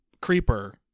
Creeper